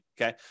okay